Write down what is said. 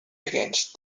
against